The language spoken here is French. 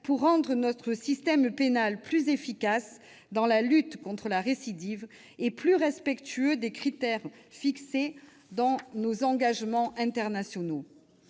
pour rendre notre système pénal plus efficace dans la lutte contre la récidive et plus respectueux des critères fixés dans nos engagements internationaux.